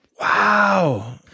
wow